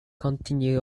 continued